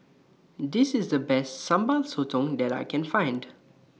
This IS The Best Sambal Sotong that I Can Find